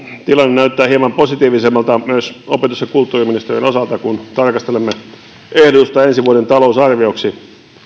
tilanne näyttää hieman positiivisemmalta myös opetus ja kulttuuriministeriön osalta kun tarkastelemme ehdotusta ensi vuoden talousarvioksi